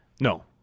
No